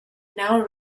now